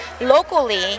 Locally